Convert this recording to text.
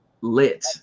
Lit